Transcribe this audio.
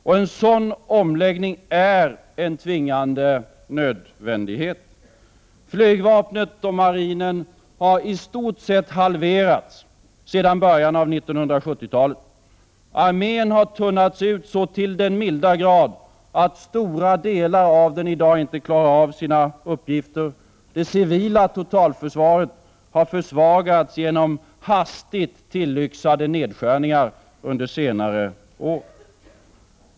Ty en omläggning är en tvingande nödvändighet. Flygvapnet och marinen har i stort sett halverats sedan början av 1970-talet. Armén har tunnats ut så till den milda grad att stora delar av den i dag inte klarar av sina uppgifter. Det civila totalförsvaret har försvagats genom hastigt tillyxade nedskärningar under senare år.